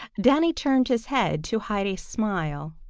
danny turned his head to hide a smile.